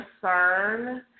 concern